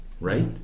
right